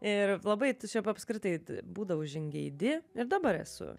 ir labai tiešiop apskritai būdavo žingeidi ir dabar esu